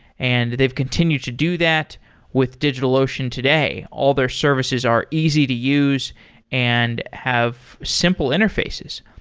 and they've continued to do that with digitalocean today. all their services are easy to use and have simple interfaces.